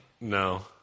No